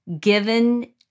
given